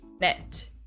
net